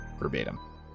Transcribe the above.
verbatim